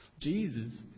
Jesus